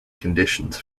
conditions